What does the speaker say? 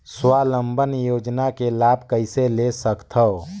स्वावलंबन योजना के लाभ कइसे ले सकथव?